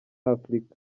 afurika